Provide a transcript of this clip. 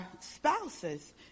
spouses